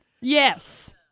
Yes